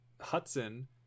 hudson